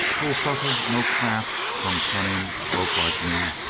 who'll suffer no craft from cunning folk like me?